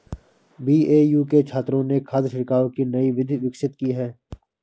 BAU के छात्रों ने खाद छिड़काव की नई विधि विकसित की है